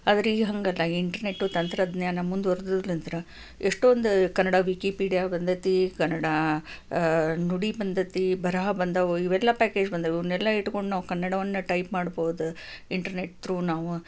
ಆದರೆ ಈಗ ಹಾಗಲ್ಲ ಇಂಟರ್ನೆಟ್ಟು ತಂತ್ರಜ್ಞಾನ ಮುಂದ್ವರ್ದಿದ್ಲಿಂತ್ರ ಎಷ್ಟೊಂದು ಕನ್ನಡ ವಿಕಿಪೀಡ್ಯಾ ಬಂದೈತಿ ಕನ್ನಡ ನುಡಿ ಬಂದೈತಿ ಬರಹ ಬಂದಾವು ಇವೆಲ್ಲ ಪ್ಯಾಕೇಜ್ ಬಂದಾವು ಇವನ್ನೆಲ್ಲ ಇಟ್ಕೊಂಡು ನಾವು ಕನ್ನಡವನ್ನು ಟೈಪ್ ಮಾಡ್ಬೌದು ಇಂಟರ್ನೆಟ್ ತ್ರೂ ನಾವು